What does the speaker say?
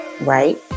right